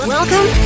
Welcome